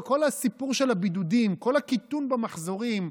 כל הסיפור של הבידודים, כל הקיטון במחזורים,